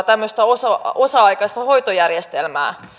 tämmöistä vakiinnutettua osa aikaista hoitojärjestelmää